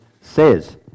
says